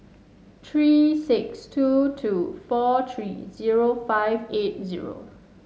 three six two two four three zero five eight zero